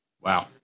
Wow